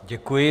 Děkuji.